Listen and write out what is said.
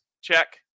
check